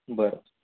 बरं